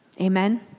Amen